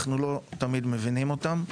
אנחנו לא תמיד מבינים אותם,